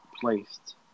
placed